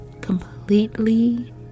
completely